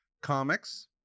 comics